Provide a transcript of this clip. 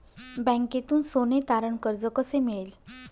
बँकेतून सोने तारण कर्ज कसे मिळेल?